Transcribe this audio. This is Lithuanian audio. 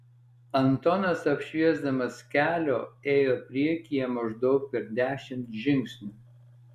antonas apšviesdamas kelią ėjo priekyje maždaug per dešimt žingsnių